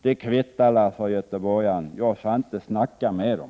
Det kvittar, sade göteborgaren, jag skall inte snacka med dem.